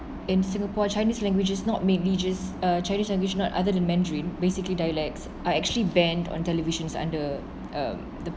in singapore chinese language is not religious uh chinese language not other than mandarin basically dialects are actually banned on televisions under uh the